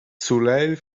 sulegl